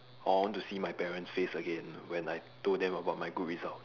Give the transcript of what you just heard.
I want to see my parents' face again when I told them about my good result